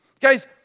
Guys